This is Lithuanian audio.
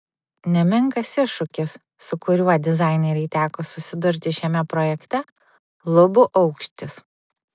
nemenkas iššūkis su kuriuo dizainerei teko susidurti šiame projekte lubų aukštis